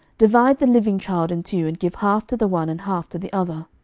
divide the living child in two, and give half to the one, and half to the other.